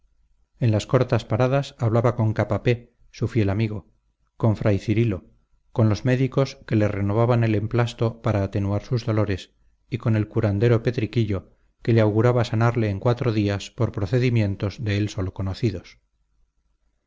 en las cortas paradas hablaba con capapé su fiel amigo con fray cirilo con los médicos que le renovaban el emplasto para atenuar sus dolores y con el curandero petriquillo que le auguraba sanarle en cuatro días por procedimientos de él solo conocidos